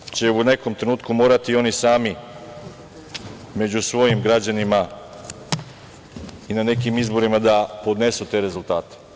Međutim, možda će to u nekom trenutku morati i oni sami među svojim građanima i na nekim izborima da podnesu te rezultate.